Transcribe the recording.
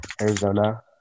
Arizona